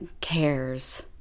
cares